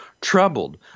troubled